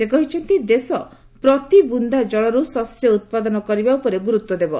ସେ କହିଛନ୍ତି ଦେଶ ପ୍ରତି ବୂନ୍ଦା ଜଳରୁ ଶସ୍ୟ ଉତ୍ପାଦନ କରିବା ଉପରେ ଗୁରୁତ୍ୱ ଦେବ